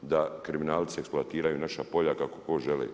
Da kriminalci eksploatiraju naša polja, kako ko žele.